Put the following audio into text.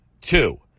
Two